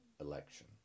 election